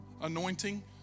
anointing